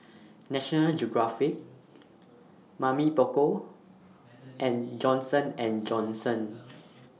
National Geographic Mamy Poko and Johnson and Johnson